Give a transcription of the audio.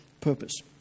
purpose